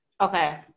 Okay